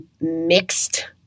mixed